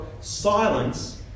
silence